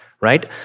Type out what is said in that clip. right